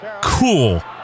Cool